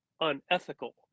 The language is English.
unethical